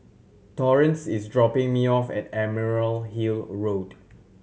Torrance is dropping me off at Emerald Hill Road